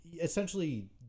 essentially